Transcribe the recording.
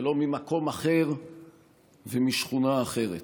ולא ממקום אחר ומשכונה אחרת.